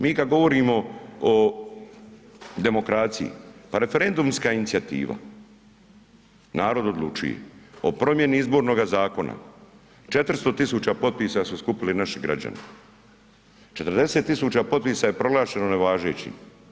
Mi kad govorimo o demokraciji, pa referendumska inicijativa „Narod odlučuje“ o promjeni Izbornoga zakona 400 tisuća potpisa su skupili naši građani, 40 tisuća potpisa je proglašeno nevažećim.